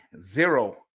zero